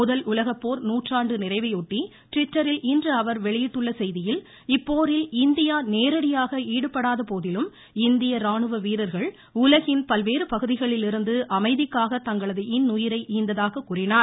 முதல் உலகப்போர் நூற்றாண்டு நிறைவையொட்டி ட்விட்டரில் இன்று அஅர் வெளியிட்டுள்ள செய்தியில் இப்போரில் இந்தியா நேரடியாக ஈடுபடாத போதிலும் இந்திய ராணுவ வீரர்கள் உலகின் பல்வேறு பகுதிகளிலிருந்து அமைதிக்காக தங்களது இன்னுயிரை ஈந்ததாக கூறினார்